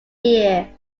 year